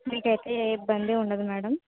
మీకు అయితే ఏ ఇబ్బంది ఉండదు మేడం